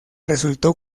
resultó